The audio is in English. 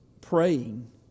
praying